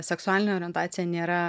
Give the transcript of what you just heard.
seksualinė orientacija nėra